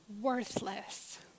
worthless